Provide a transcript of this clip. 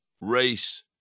race